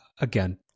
again